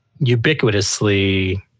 ubiquitously